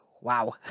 wow